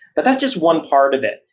but that's just one part of it,